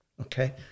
okay